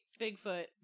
Bigfoot